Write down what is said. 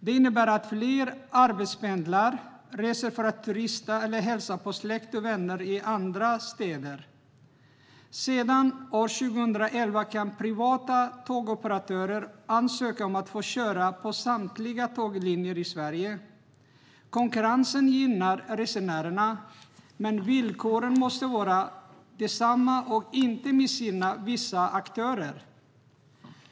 Det innebär att fler arbetspendlar och reser för att turista eller för att hälsa på släkt och vänner i andra städer. Sedan 2011 kan privata tågoperatörer ansöka om att få köra på samtliga tåglinjer i Sverige. Konkurrensen gynnar resenärerna, men villkoren måste vara desamma och inte missgynna vissa aktörer.